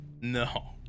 No